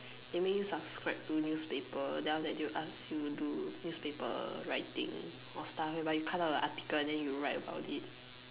they make you subscribe to newspaper then after that they will ask you to do newspaper writing or stuff where you cut out the article and you write about it